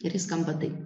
ir jis skamba taip